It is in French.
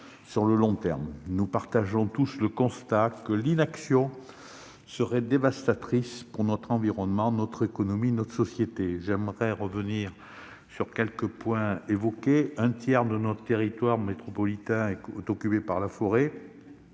sur le long terme. Nous partageons tous le constat que l'inaction serait dévastatrice pour notre environnement, notre économie et notre société. Un tiers de notre territoire métropolitain est occupé par la forêt.